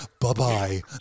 Bye-bye